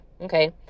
okay